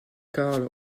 karl